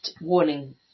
warning